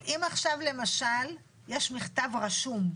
אם יש מכתב רשום,